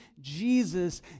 Jesus